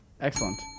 Excellent